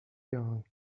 gone